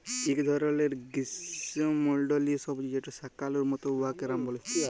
ইক ধরলের গিস্যমল্ডলীয় সবজি যেট শাকালুর মত উয়াকে য়াম ব্যলে